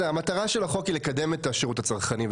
המטרה של החוק היא לקדם את השירות הצרכני.